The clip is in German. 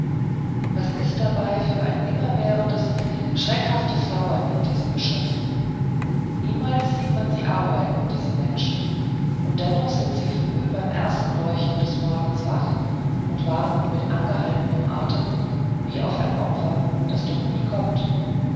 was ist dabei für ein immerwährendes schreckhaftes lauern in diesen geschöpfen niemals sieht man sie arbeiten diese menschen und dennoch sind sie früh beim ersten leuchten des morgens wach und warten mit angehaltenem atem wie auf ein opfer das doch nie kommt